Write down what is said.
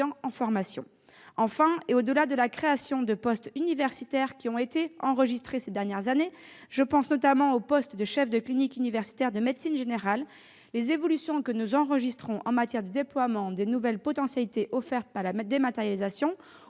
en formation. Enfin, au-delà des créations de postes universitaires qui ont été enregistrées ces dernières années- je pense notamment aux postes de chefs de clinique universitaires de médecine générale -, les évolutions que nous enregistrons en matière de déploiement des nouvelles potentialités offertes par la dématérialisation,